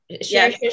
Share